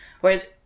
Whereas